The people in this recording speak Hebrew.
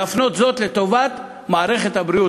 להפנות זאת לטובת מערכת הבריאות.